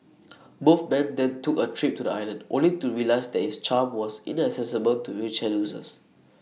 both man then took A trip to the island only to realise that its charm was inaccessible to wheelchair users